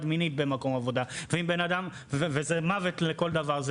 מינית במקום עבודה וזה מוות לכול דבר,